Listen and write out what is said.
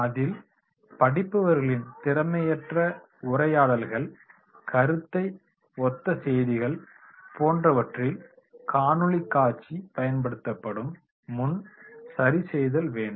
அதில் படிப்பவர்களின் திறமையற்ற உரையாடல்கள் கருத்தை ஒத்த செய்திகள் போன்றவற்றில் காணொளி காட்சி படுத்தப்படும் முன் சரிசெய்தல் வேண்டும்